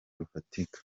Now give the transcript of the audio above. rufatika